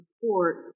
support